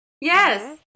Yes